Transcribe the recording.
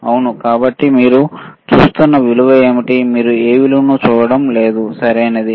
అవును కాబట్టి మీరు చూస్తున్న విలువ ఏమిటి మీరు ఏ విలువను చూడటం లేదు సరియైనది